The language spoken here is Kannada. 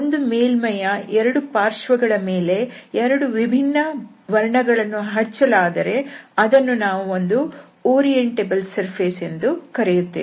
ಒಂದು ಮೇಲ್ಮೈಯ ಎರಡು ಪಾರ್ಶ್ವಗಳ ಮೇಲೆ ಎರಡು ವಿಭಿನ್ನ ವರ್ಣಗಳನ್ನು ಹಚ್ಚಿದರೆ ನಾವು ಅದನ್ನು ಒಂದು ಓರಿಯಂಟೇಬಲ್ ಸರ್ಫೇಸ್ ಎಂದು ಕರೆಯುತ್ತೇವೆ